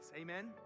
Amen